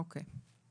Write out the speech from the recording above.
אוקיי.